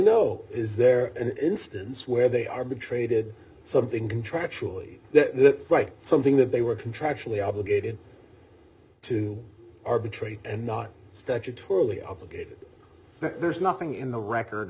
know is there an instance where they are been traded something contractually the right something that they were contractually obligated to arbitrate and not statutorily obligated there's nothing in the record